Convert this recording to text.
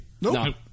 Nope